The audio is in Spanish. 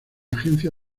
agencia